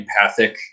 empathic